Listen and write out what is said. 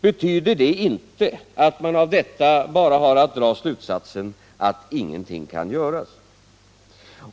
betyder det inte att man av detta bara har att dra slutsatsen att ingenting kan göras.